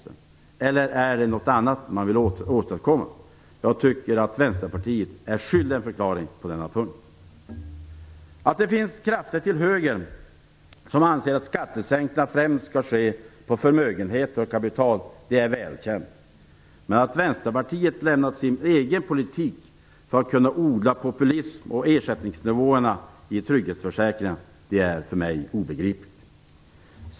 Eller är det något annat man vill åstadkomma? Jag tycker att Vänsterpartiet är skyldiga en förklaring på den punkten. Att det finns krafter till höger som anser att skattesänkningar främst skall ske på förmögenheter och kapital är välkänt. Men att vänsterpartiet lämnar sin egen politik för att kunna odla populism om ersättningsnivåerna i trygghetsförsäkringarna är för mig obegripligt.